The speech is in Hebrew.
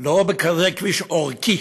לא בכזה כביש עורקי.